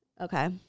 Okay